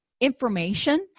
information